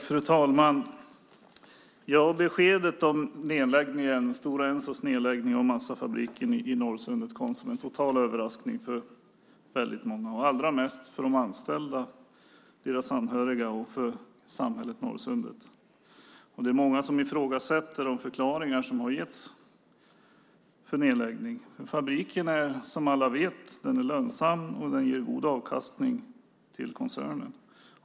Fru talman! Beskedet om Stora Ensos nedläggning av massafabriken i Norrsundet kom som en total överraskning för väldigt många, allra mest för de anställda och deras anhöriga och för samhället Norrsundet. Det är många som ifrågasätter de förklaringar som getts beträffande nedläggningen. Fabriken är, som alla vet, lönsam, och den ger koncernen en god avkastning.